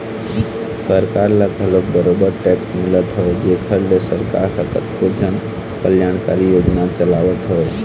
सरकार ल घलोक बरोबर टेक्स मिलत हवय जेखर ले सरकार ह कतको जन कल्यानकारी योजना चलावत हवय